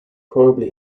probably